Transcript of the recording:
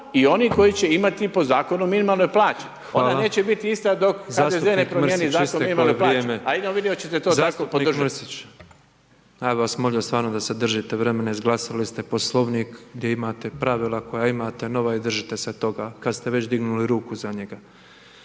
i oni koji će imati po zakonu minimalne plaće, ona neće biti ista, dok HDZ ne promijeni, zašto …/Govornik se ne razumije./ … **Petrov, Božo (MOST)** Zastupnik Mrsić isteklo vam je vrijeme, ja bi vas molio stvarno da se držite vremena, izglasali ste poslovnik gdje imate pravila koja imate nova i držite se toga kada ste već dignuli ruku za njega.